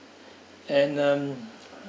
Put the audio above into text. and um